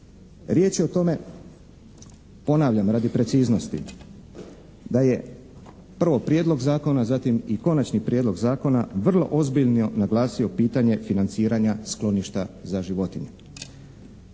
Riječ je o tome ponavljam radi preciznosti. Da je prvo prijedlog zakona, zatim i konačni prijedlog zakona vrlo ozbiljno naglasio pitanje financiranja skloništa za životinje.